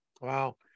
Wow